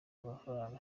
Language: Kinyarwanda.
amafaranga